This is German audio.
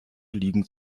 liegen